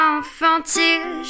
Infantile